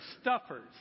stuffers